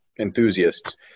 enthusiasts